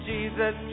Jesus